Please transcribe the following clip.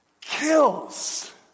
kills